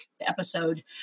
episode